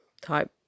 type